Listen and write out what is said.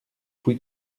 puis